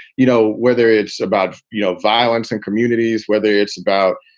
you know, whether it's about you know violence in communities, whether it's about,